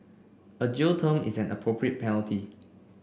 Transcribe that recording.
a jail term is an appropriate penalty